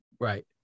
Right